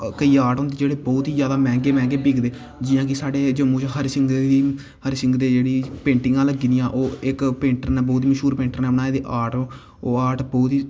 केईं आर्ट होंदे जेह्ड़े बहोत ई मैह्ंगे मैह्ंगे बिकदे जियां की साढ़े जम्मू च हरि सिंह दी हरि सिंह दी जेह्ड़ी पेंटिंगां लग्गी दियां इक्क पेंटिंग बनाई दी मशहूर पेंटर नै बनाई दी आर्ट ओह् ओह् आर्ट पूरी